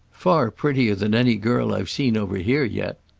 far prettier than any girl i've seen over here yet.